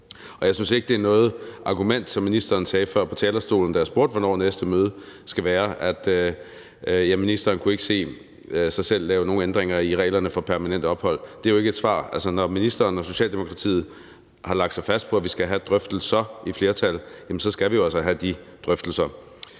Jeg synes ikke, det er noget argument, som ministeren sagde før på talerstolen, da jeg spurgte, hvornår næste møde skal være, at ministeren ikke kunne se sig selv lave nogen ændringer i reglerne for permanent ophold. Det er jo ikke et svar. Altså, når ministeren og Socialdemokratiet har lagt sig fast på, at vi skal have drøftelser i flertal, jamen så skal vi jo altså have de drøftelser.